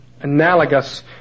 analogous